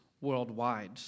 worldwide